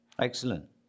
Excellent